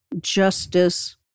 justice